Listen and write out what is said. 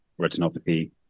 retinopathy